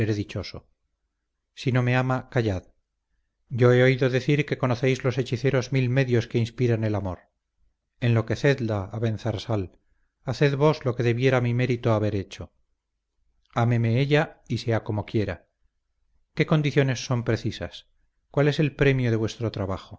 dichoso si no me ama callad yo he oído decir que conocéis los hechiceros mil medios que inspiran el amor enloquecedla abenzarsal haced vos lo que debiera mi mérito haber hecho ámeme ella y sea como quiera qué condiciones son precisas cuál es el premio de vuestro trabajo